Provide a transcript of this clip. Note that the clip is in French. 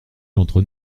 entre